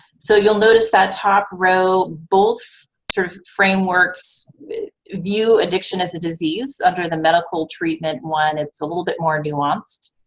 so you'll notice that top row, both sort of frameworks view addiction as a disease. under the medical treatment one, it's a little bit more nuanced.